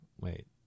Wait